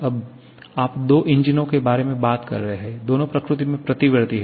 अब आप दो इंजनों के बारे में बात कर रहे हैं दोनों प्रकृति में प्रतिवर्ती हैं